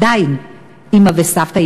עדיין אימא וסבתא,